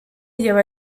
lleva